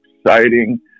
exciting